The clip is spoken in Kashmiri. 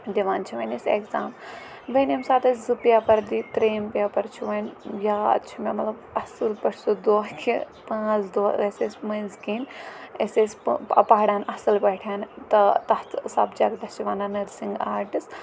دِوان چھِ وۄنۍ أسۍ اٮ۪کزام وۄنۍ ییٚمہِ ساتہٕ اَسہِ زٕ پیپَر دِتۍ ترٛیٚیِم پیپَر چھُ وۄنۍ یاد چھُ مےٚ مطلب اَصٕل پٲٹھۍ سُہ دۄہ کہِ پانٛژھ دۄہ ٲسۍ اَسہِ مٔنٛزۍ کِنۍ أسۍ ٲسۍ پَران اَصٕل پٲٹھۍ تہٕ تَتھ سَبجَکٹَس چھِ وَنان نٔرسِنٛگ آٹٕس